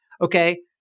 Okay